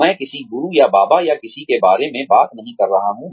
मैं किसी गुरु या बाबा या किसी के बारे में बात नहीं कर रहा हूँ